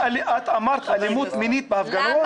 את אמרת אלימות מינית בהפגנות?